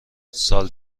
سال